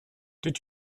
did